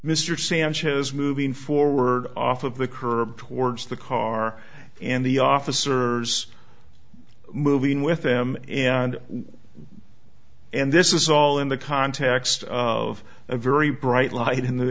mr sanchez moving forward off of the curb towards the car and the officers moving with them and and this is all in the context of a very bright light in the